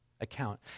account